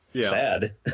sad